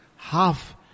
half